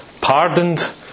pardoned